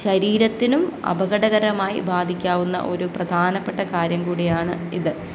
ശരീരത്തിനും അപകടകരമായി ബാധിക്കാവുന്ന ഒരു പ്രധാനപ്പെട്ട കാര്യം കൂടിയാണ് ഇത്